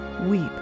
Weep